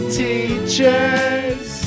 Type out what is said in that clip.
teachers